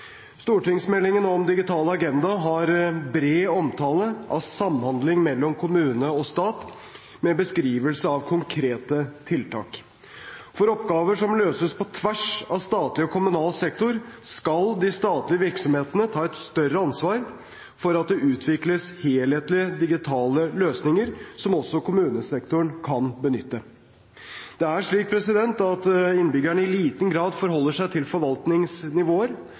Stortingsmeldingen om digital agenda har bred omtale av samhandling mellom kommune og stat, med beskrivelse av konkrete tiltak. For oppgaver som løses på tvers av statlig og kommunal sektor, skal de statlige virksomhetene ta et større ansvar for at det utvikles helhetlige digitale løsninger som også kommunesektoren kan benytte. Det er slik at innbyggerne i liten grad forholder seg til forvaltningsnivåer,